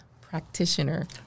practitioner